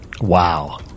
Wow